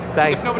Thanks